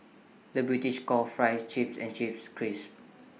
the British calls Fries Chips and Chips Crisps